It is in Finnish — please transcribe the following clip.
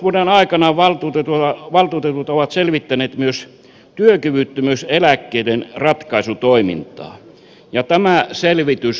kertomusvuoden aikana valtuutetut ovat selvittäneet myös työkyvyttömyyseläkkeiden ratkaisutoimintaa ja tämä selvitys jatkuu edelleen